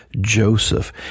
Joseph